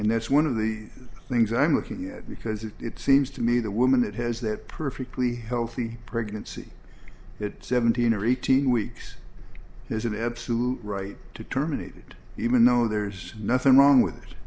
and that's one of the things i'm looking at because it seems to me the woman that has that perfectly healthy pregnancy at seventeen or eighteen weeks has an absolute right to terminate it even though there's nothing wrong with it